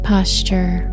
posture